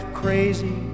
crazy